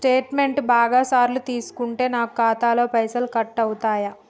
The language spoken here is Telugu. స్టేట్మెంటు బాగా సార్లు తీసుకుంటే నాకు ఖాతాలో పైసలు కట్ అవుతయా?